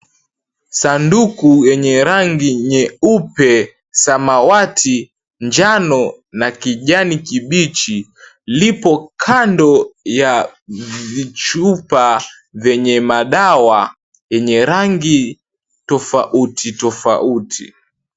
Sanduku yenye rangi nyeupe, samawati, njano na kijani kibichi, lipo kando ya vichupa venye madawa yenye rangi tofauti tofauti.